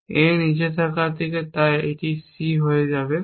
A নিচে রাখা তাই এটি C হয়ে যাবে